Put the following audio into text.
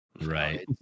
Right